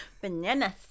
Bananas